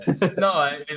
No